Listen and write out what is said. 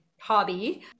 hobby